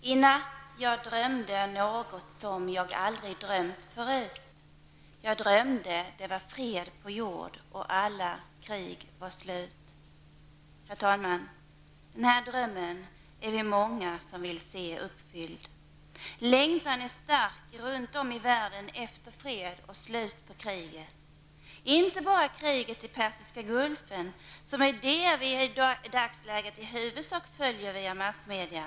Herr talman! I natt jag drömde något som jag aldrig drömt förut. Jag drömde det var fred på jord och alla krig var slut. Herr talman! Den här drömmen är vi många som vill se uppfylld. Längtan är stark runt om i världen efter fred och slut på krig. Det gäller inte bara kriget i Persiska gulfen, som är det krig vi i dagsläget i huvudsak följer via massmedia.